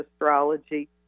astrology